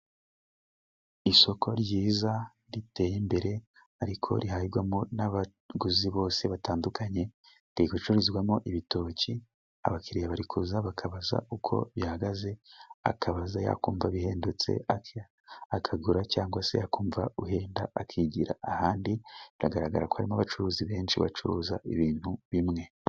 Isoko ryiza riteye imbere ariko rihahirwamo n'abaguzi bose batandukanye, rigacururizwamo ibitoki, abakiriya bari kuza bakabaza uko bihagaze, akabaza yakumva bihendutse akagura, cyangwa se yakumva uhenda akigira ahandi, biragaragara ko harimo abacuruzi benshi bacuruza ibintu bimwe.